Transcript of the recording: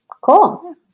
cool